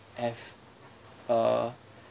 have uh